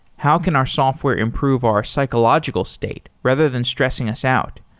how can our software improve our psychological state rather than stressing us out?